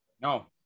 No